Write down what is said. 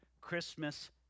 Christmas